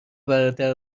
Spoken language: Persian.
برادر